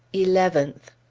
eleventh.